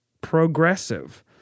progressive